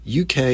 UK